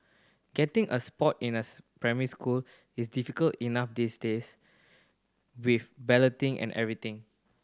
getting a spot in a primary school is difficult enough these days with balloting and everything